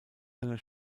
seiner